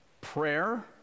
Prayer